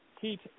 Keith